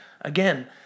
again